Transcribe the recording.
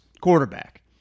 quarterback